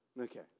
Okay